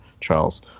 Charles